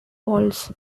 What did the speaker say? walls